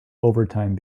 overtime